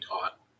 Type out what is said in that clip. taught